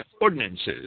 ordinances